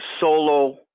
solo